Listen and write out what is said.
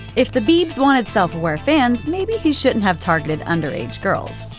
if the biebs wanted self-aware fans, maybe he shouldn't have targeted underage girls.